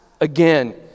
again